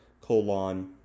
colon